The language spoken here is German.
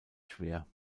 schwer